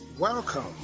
Welcome